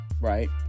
right